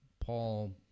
Paul